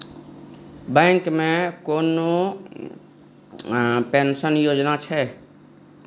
Bank मे कोनो pension योजना छै?